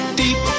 deep